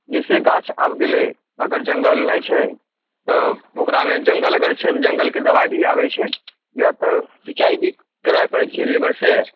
जैसे गाछ अबि गेलै अगर जङ्गल नहि छै तऽ ओकरामे जङ्गल अगर छै तऽ जङ्गलके दवाई अबै छै कियाक तऽ तीन चारि दिन सिञ्चाइ भी करै पड़ै छै लेबरसँ